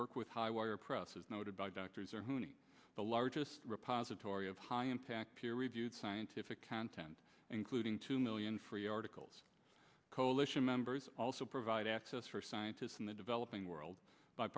work with high wire press as noted by doctors or who need the largest repository of high impact peer reviewed scientific content including two million free articles coalition members also provide access for scientists in the developing world by